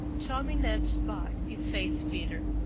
tommy nudged bart, his face bitter.